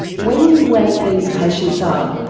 when you wake these patients up,